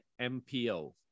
MPO